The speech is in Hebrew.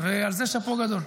ועל זה שאפו גדול.